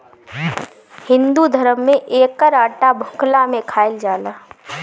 हिंदू धरम में एकर आटा भुखला में खाइल जाला